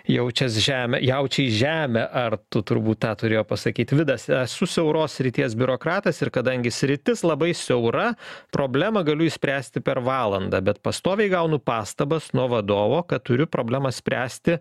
jaučias žemę jaučiais žemę artų turbūt tą turėjo pasakyt vidas esu siauros srities biurokratas ir kadangi sritis labai siaura problemą galiu išspręsti per valandą bet pastoviai gaunu pastabas nuo vadovo kad turiu problemą spręsti